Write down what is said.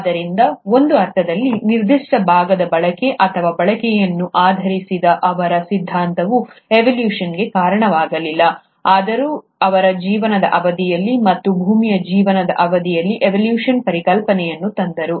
ಆದ್ದರಿಂದ ಒಂದು ಅರ್ಥದಲ್ಲಿ ನಿರ್ದಿಷ್ಟ ಭಾಗದ ಬಳಕೆ ಅಥವಾ ಬಳಕೆಯನ್ನು ಆಧರಿಸಿದ ಅವರ ಸಿದ್ಧಾಂತವು ಎವೊಲ್ಯೂಶನ್ಗೆ ಕಾರಣವಾಗಿರಲಿಲ್ಲ ಆದರೂ ಅವರು ಜೀವನದ ಅವಧಿಯಲ್ಲಿ ಮತ್ತು ಭೂಮಿಯ ಜೀವನದ ಅವಧಿಯಲ್ಲಿ ಎವೊಲ್ಯೂಶನ್ ಪರಿಕಲ್ಪನೆಯನ್ನು ತಂದರು